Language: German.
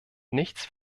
nichts